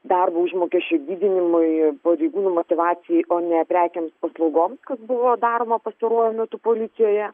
darbo užmokesčio didinimui pareigūnų motyvacijai o ne prekėms paslaugom buvo daroma pastaruoju metu policijoje